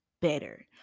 better